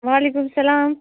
وعلیکُم السلام